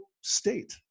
state